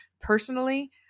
personally